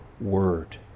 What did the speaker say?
word